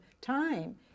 time